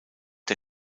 der